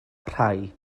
rhai